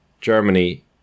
Germany